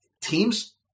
Teams